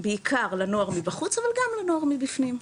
בעיקר לנוער מבחוץ, אבל גם לנוער מבפנים.